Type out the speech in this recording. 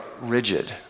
rigid